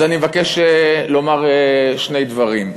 אז אני מבקש לומר שני דברים.